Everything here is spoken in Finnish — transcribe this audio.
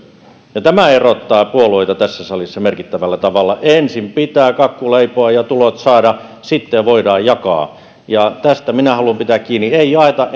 tämä erottaa puolueita tässä salissa merkittävällä tavalla ensin pitää kakku leipoa ja tulot saada sitten voidaan jakaa tästä minä haluan pitää kiinni ei jaeta